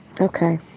Okay